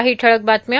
काही ठळक बातम्या